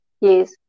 Yes